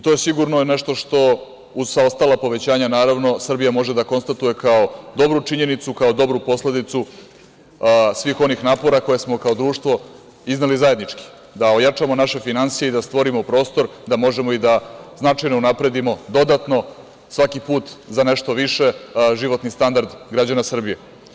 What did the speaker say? To je sigurno nešto što uz sva ostala povećanja, naravno Srbija može da konstatuje kao dobru činjenicu, kao dobru posledicu svih onih napora koje smo kao društvo izneli zajednički, da ojačamo naše finansije i da stvorimo prostor da možemo i da značajno unapredimo dodatno svaki put za nešto više životni standard građana Srbije.